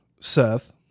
Seth